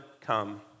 come